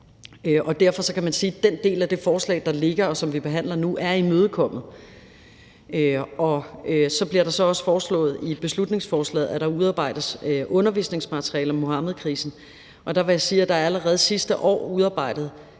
og derfor kan man sige, at den del af det forslag, der ligger, og som vi behandler nu, er imødekommet. Så bliver der så også foreslået i beslutningsforslaget, at der udarbejdes undervisningsmateriale om Muhammedkrisen, og der vil jeg sige, at der allerede sidste år er udarbejdet